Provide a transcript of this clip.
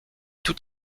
tout